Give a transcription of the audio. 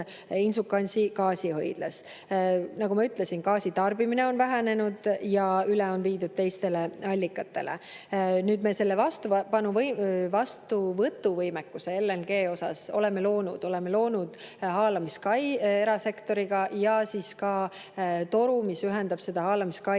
Inčukalnsi gaasihoidlas. Nagu ma ütlesin, gaasitarbimine on vähenenud ja üle on [mindud] teistele allikatele. Nüüd oleme me LNG vastuvõtu võimekuse loonud, oleme loonud haalamiskai erasektoriga ja ka toru, mis ühendab haalamiskaid